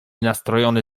nastrojony